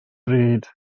bryd